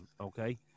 okay